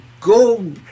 go